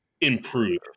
improve